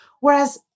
Whereas